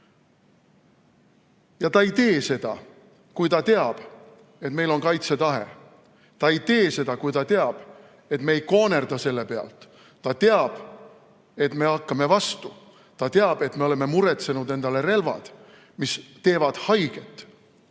Aga ta ei tee seda, kui ta teab, et meil on kaitsetahe. Ta ei tee seda, kui ta teab, et me ei koonerdada selle pealt. Ta teab, et me hakkame vastu, ta teab, et me oleme muretsenud endale relvad, mis teevad haiget.